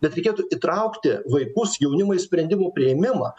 bet reikėtų įtraukti vaikus jaunimą į sprendimų priėmimą